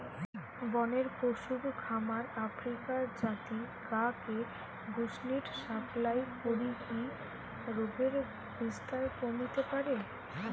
বনের পশুর খামার আফ্রিকার জাতি গা কে বুশ্মিট সাপ্লাই করিকি রোগের বিস্তার কমিতে পারে